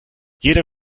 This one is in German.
jeder